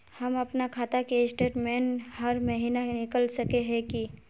हम अपना खाता के स्टेटमेंट हर महीना निकल सके है की?